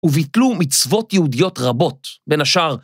וביטלו מצוות יהודיות רבות. בין השאר.ף,